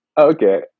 Okay